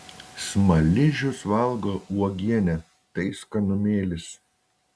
smaližius valgo uogienę tai skanumėlis